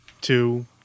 two